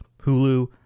Hulu